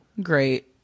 Great